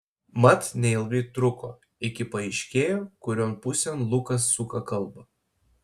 mat neilgai truko iki paaiškėjo kurion pusėn lukas suka kalbą